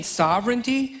sovereignty